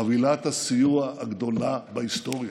חבילת הסיוע הגדולה בהיסטוריה.